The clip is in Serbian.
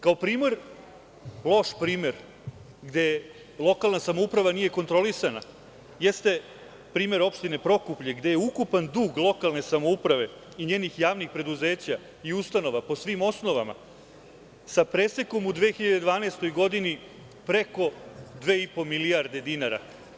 Kao loš primer gde lokalna samouprava nije kontrolisana jeste primer Opštine Prokuplje, gde je ukupan dug lokalne samouprave i njenih javnih preduzeća i ustanova, po svim osnovama, sa presekom u 2012. godini, preko dve i po milijarde dinara.